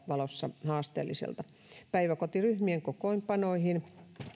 valossa haasteelliselta päiväkotiryhmien kokoonpanoihin